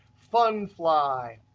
fun fly,